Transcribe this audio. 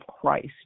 Christ